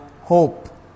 hope